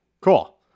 Cool